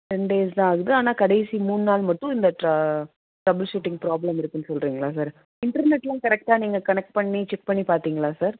ten days தான் ஆகுது ஆனால் கடைசி மூணு நாள் மட்டும் இந்த ட்ர ட்ரபுள் ஷூட்டிங் ப்ராப்ளம் இருக்கும்னு சொல்கிறீங்களா சார் இன்டர்நெடெல்லாம் கரெக்டாக நீங்கள் கனெக்ட் பண்ணி செக் பண்ணி பார்த்தீங்களா சார்